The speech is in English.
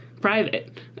private